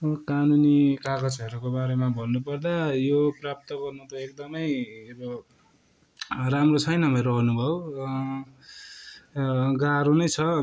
कानुनी कागजहरूको बारेमा भन्नुपर्दा यो प्राप्त गर्न त एकदमै अब राम्रो छैन मेरो अनुभव गाह्रो नै छ